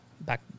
Back